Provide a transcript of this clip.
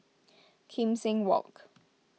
Kim Seng Walk